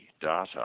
data